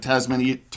Tasmanian